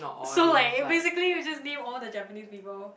so like eh basically we just need all the Japanese people